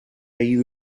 ido